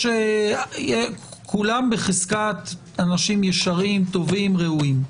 כולם בחזקת אנשים ישרים, טובים, ראויים.